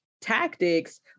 tactics